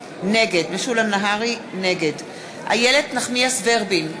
נגד איילת נחמיאס ורבין,